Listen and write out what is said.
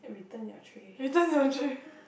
return your tray